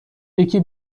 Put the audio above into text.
یکی